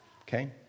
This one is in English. Okay